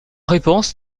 réponse